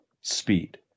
speed